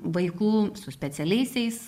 vaikų su specialiaisiais